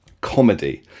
Comedy